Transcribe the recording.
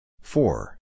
Four